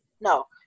no